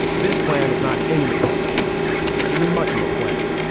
this plan is not any of those things, not even much of a plan.